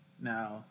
Now